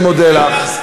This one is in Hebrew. אני מודה לך.